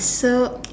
so